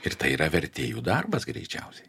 ir tai yra vertėjų darbas greičiausiai